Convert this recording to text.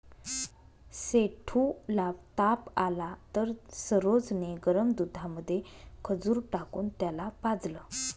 सेठू ला ताप आला तर सरोज ने गरम दुधामध्ये खजूर टाकून त्याला पाजलं